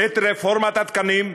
את רפורמת התקנים,